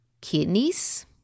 Kidneys